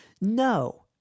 No